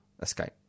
escape